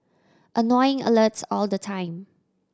annoying alerts all the time